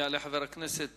יעלה חבר הכנסת